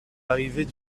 arrivées